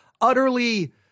utterly